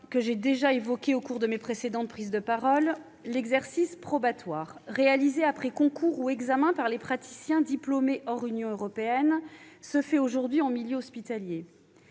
que j'ai déjà évoqué au cours de mes précédentes prises de parole : l'exercice probatoire réalisé après concours ou examen par les praticiens diplômés hors Union européenne a lieu aujourd'hui en milieu hospitalier.